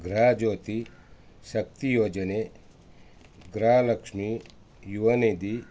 ಗೃಹಜ್ಯೋತಿ ಶಕ್ತಿ ಯೋಜನೆ ಗೃಹಲಕ್ಷ್ಮೀ ಯುವನಿಧಿ